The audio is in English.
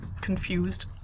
confused